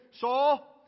Saul